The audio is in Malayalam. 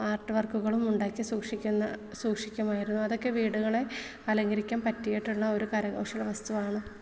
ആർട്ട് വർക്കുകളും ഉണ്ടാക്കി സൂക്ഷിക്കുന്ന സൂക്ഷിക്കുമായിരുന്നു അതൊക്കെ വീടുകളെ അലങ്കരിക്കാൻ പറ്റിയിട്ടുള്ള ഒരു കരകൗശല വസ്തുവാണ്